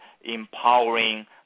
empowering